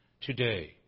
Today